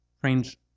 Friends